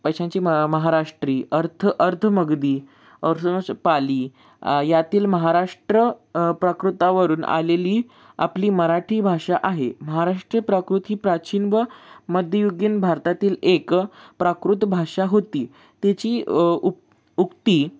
पेशव्यांची म महाराष्ट्री अर्थ अर्ध मागधी अरसोअर्स पाली यातील महाराष्ट्र प्राकृतावरून आलेली आपली मराठी भाषा आहे महाराष्ट्रीय प्राकृत ही प्राचीन व मध्ययुगीन भारतातील एक प्राकृत भाषा होती त्याची उक् उक्ती